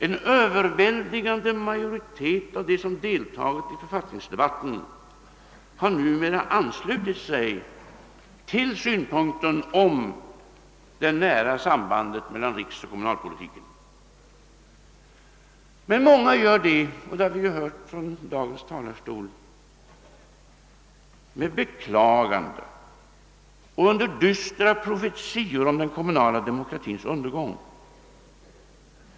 En överväldigande majoritet av dem som deltagit i författningsdebatten har numera anslutit sig till synpunkten om det nära sambandet mellan riksoch kommunalpolitiken. Men många gör det — det har vi hört från talarstolen i dag — med beklagande och under dystra profetior om den kommunala demokratins undergång.